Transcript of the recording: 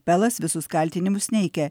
pelas visus kaltinimus neigia